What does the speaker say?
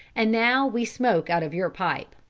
and now we smoke out of your pipe.